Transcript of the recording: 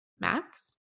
Max